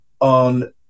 On